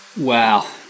Wow